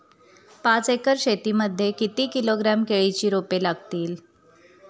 पाच एकर शेती मध्ये किती किलोग्रॅम केळीची रोपे लागतील?